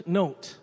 note